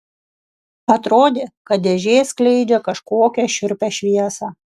atrodė kad dėžė skleidžia kažkokią šiurpią šviesą